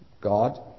God